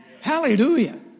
Hallelujah